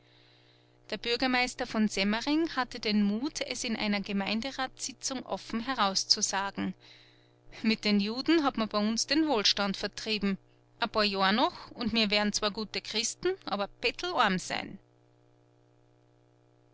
der bürgermeister von semmering hatte den mut es in einer gemeinderatssitzung offen herauszusagen mit den juden hat man bei uns den wohlstand vertrieben ein paar jahre noch und wir werden zwar gute christen aber bettelarm sein